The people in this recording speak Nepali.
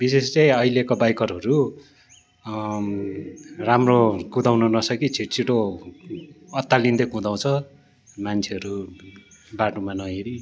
विशेष चाहिँ अहिलेको बाइकरहरू राम्रो कुदाउन नसकी छिटो छिटो अत्तालिँदै कुदाउँछ मान्छेहरू बाटोमा नहेरी